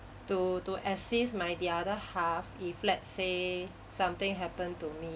to to assist my the other half if let's say something happen to me